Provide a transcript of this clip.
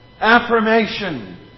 affirmation